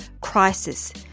crisis